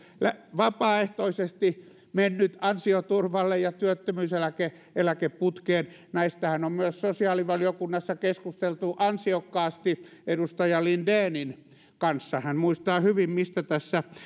vapaaehtoisesti mennyt ansioturvalle ja työttömyyseläkeputkeen näistähän on myös sosiaalivaliokunnassa keskusteltu ansiokkaasti edustaja lindenin kanssa hän muistaa hyvin mistä tässä